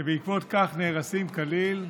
שבעקבות כך נהרסים כליל.